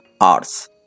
Arts